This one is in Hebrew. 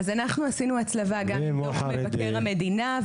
אז אנחנו עשינו הצלבה גם עם דוח מבקר המדינה.